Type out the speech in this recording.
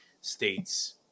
States